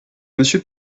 monsieur